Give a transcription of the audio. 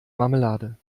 marmelade